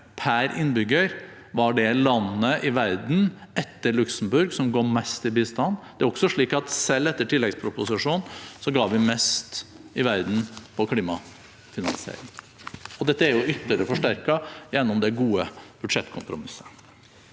per innbygger var det landet i verden, etter Luxembourg, som ga mest i bistand. Det er også slik at selv etter tilleggsproposisjonen ga vi mest i verden til klimafinansiering, og dette er ytterligere forsterket gjennom det gode budsjettkompromisset.